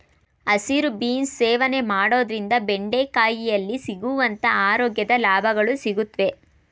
ಹಸಿರು ಬೀನ್ಸ್ ಸೇವನೆ ಮಾಡೋದ್ರಿಂದ ಬೆಂಡೆಕಾಯಿಯಲ್ಲಿ ಸಿಗುವಂತ ಆರೋಗ್ಯದ ಲಾಭಗಳು ಸಿಗುತ್ವೆ